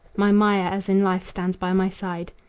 my maya as in life stands by my side.